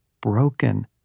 broken